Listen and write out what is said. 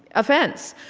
offense.